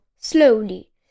slowly